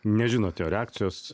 nežinot jo reakcijos